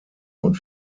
und